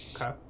Okay